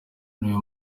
niwe